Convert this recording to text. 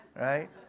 Right